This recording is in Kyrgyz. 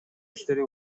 иштери